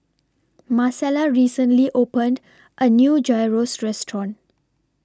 Marcela recently opened A New Gyros Restaurant